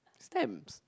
stamps